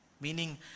Meaning